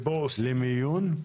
זה מפעל למיון?